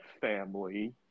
family